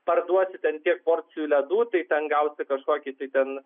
parduosi ten tiek porcijų ledų tai ten gausi kažkokį tai ten